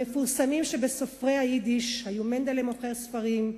המפורסמים שבסופרי היידיש היו מנדלי מוכר ספרים,